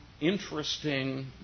interesting